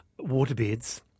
waterbeds